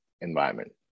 environment